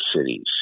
cities